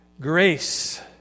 grace